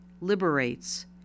liberates